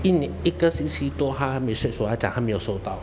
一年一个星期多他 message 我跟我讲他没有收到